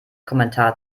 kommentar